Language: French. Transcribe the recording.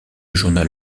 journal